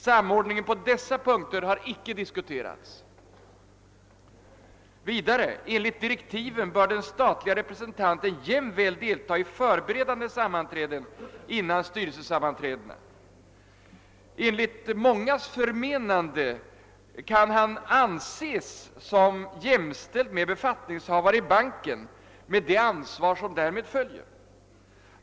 Samordning på dessa punkter har icke diskuterats. Enligt direktiven bör den statliga representanten jämväl delta i förberedande sammanträden före styrelsesammanträdena. Efter mångas förmenande kan han därmed anses som jämställd med befattningshavare i banken med det ansvar som därmed följer.